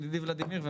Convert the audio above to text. ולדימיר אמרת,